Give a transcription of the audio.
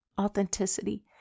authenticity